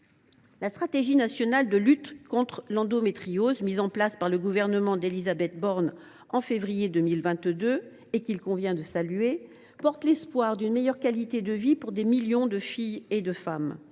la stratégie nationale de lutte contre l’endométriose, mise en place par le gouvernement d’Élisabeth Borne en février 2022, et qu’il convient de saluer, suscite l’espoir, pour des millions de filles et de femmes,